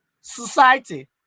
society